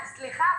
סליחה,